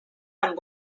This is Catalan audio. amb